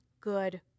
good